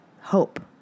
hope